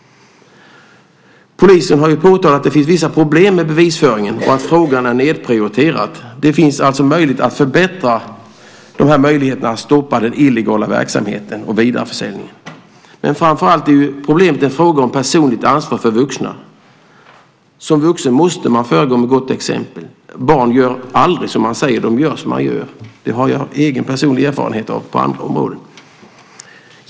Polisen har påtalat att det finns vissa problem med bevisföringen och att frågan är nedprioriterad. Det finns alltså möjligheter att förbättra i det avseendet och stoppa den illegala verksamheten och vidareförsäljningen. Men framför allt är problemet en fråga om personligt ansvar för vuxna. Som vuxen måste man föregå med gott exempel. Barn gör aldrig som man säger, utan de gör som man själv gör. Det har jag personlig erfarenhet av på andra områden.